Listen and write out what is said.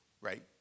right